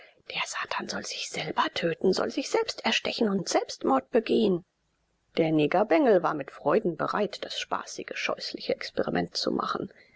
der satan soll sich selber töten soll sich selbst erstechen und selbstmord begehen der negerbengel war mit freuden bereit das spaßige scheußliche experiment zu machen